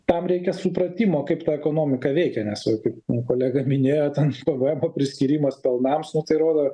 tam reikia supratimo kaip ta ekonomika veikia nes kaip kolega minėjo ten pėvėemo priskyrimas pelnams nu tai rodo